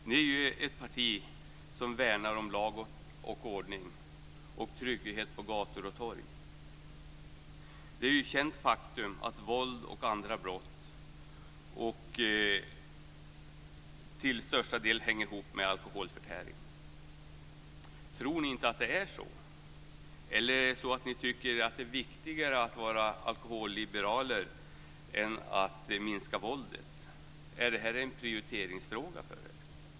Ni är ju ett parti som värnar om lag och ordning och trygghet på gator och torg. Det är ju ett känt faktum att våld och andra brott till största delen hänger ihop med alkoholförtäring. Tror ni inte att det är så? Eller tycker ni att det är viktigare att vara alkoholliberal än att minska våldet? Är det här en prioriteringsfråga för er?